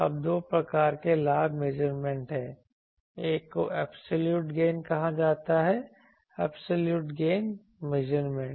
अब दो प्रकार के लाभ मेजरमेंट हैं एक को ऐबसोल्यूट गेन कहा जाता है ऐबसोल्यूट गेन मेजरमेंट